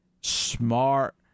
smart